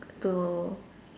to